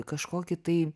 kažkokį tai